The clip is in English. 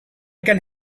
can